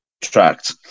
tract